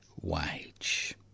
wage